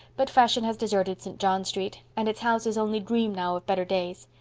but fashion has deserted st. john street and its houses only dream now of better days.